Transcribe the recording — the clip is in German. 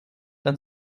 dann